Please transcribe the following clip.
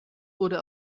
wurde